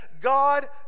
God